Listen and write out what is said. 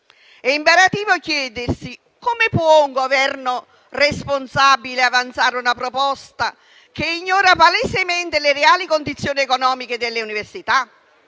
È imperativo chiedersi come può un Governo responsabile avanzare una proposta che ignora palesemente le reali condizioni economiche delle università.